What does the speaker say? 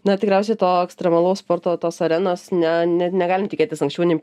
na tikriausiai to ekstremalaus sporto tos arenos ne net negalim tikėtis anksčiau nei